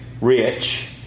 rich